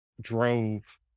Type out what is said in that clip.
drove